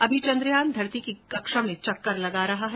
अभी चंद्रयान धरती की कक्षा में चक्कर लगा रहा है